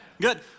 Good